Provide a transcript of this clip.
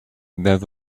there